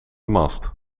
mast